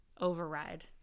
override